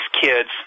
kids